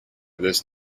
this